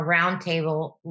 roundtable